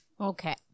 Okay